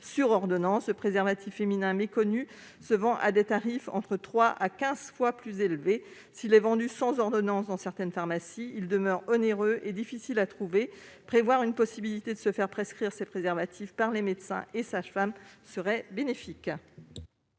sur ordonnance, le préservatif féminin, qui est méconnu, se vend à des tarifs entre trois à quinze fois plus élevés. S'il est vendu sans ordonnance dans certaines pharmacies, il demeure onéreux et difficile à trouver. Prévoir une possibilité de se faire prescrire ces préservatifs par les médecins et sages-femmes serait bénéfique.